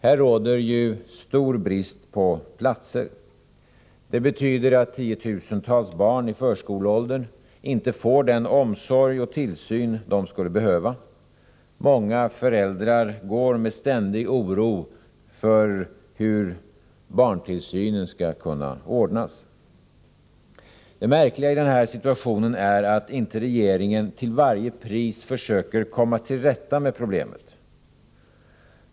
Här råder ju stor brist på platser. Det betyder att tiotusentals barn i förskoleåldern inte får den omsorg och tillsyn som de skulle behöva. Många föräldrar går med ständig oro för hur barntillsynen skall kunna ordnas. Det märkliga i den här situationen är att regeringen inte till varje pris försöker komma till rätta med problemet.